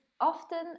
often